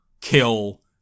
kill